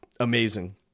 amazing